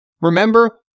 Remember